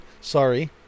sorry